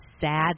sad